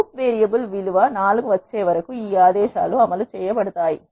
loop variable విలువ 4 వచ్చేవరకు ఈ ఆదేశాలు అమలు చేయబడతాయి